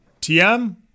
TM